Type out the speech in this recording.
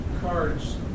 cards